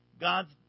God's